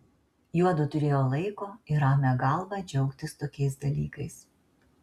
juodu turėjo laiko ir ramią galvą džiaugtis tokiais dalykais